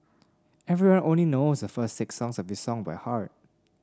everyone only knows a first six sounds of this song by heart